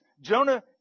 Jonah